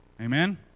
amen